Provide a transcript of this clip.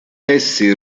essi